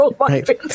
right